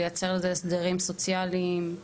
לייצר לזה הסדרים סוציאליים?